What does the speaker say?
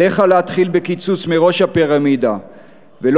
עליך להתחיל בקיצוץ מראש הפירמידה ולא